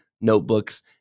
notebooks